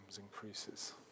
increases